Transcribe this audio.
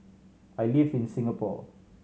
I live in Singapore